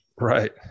Right